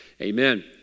Amen